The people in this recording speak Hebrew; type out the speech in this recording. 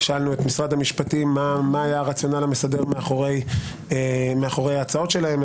שאלנו את משרד המשפטים מה היה הרציונל המסדר מאחורי ההצעות שלהם.